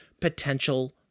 potential